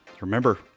remember